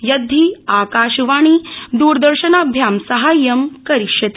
यद्धि आकाशवाणी द्रदर्शनाभ्यां साहाय्यं करिष्यति